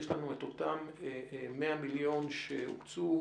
יש לנו את אותם 100 מיליון שקלים שהוקצו,